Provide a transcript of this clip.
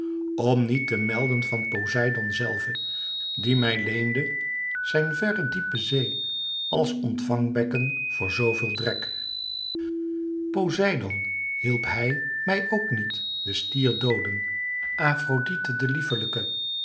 om niet te melden van poseidoon zelve die mij leende zijn verre diepe zee als ontvangbekken voor zoo veel drek poseidoon hielp hij mij ook niet den stier dooden afrodite de lieflijke